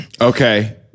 Okay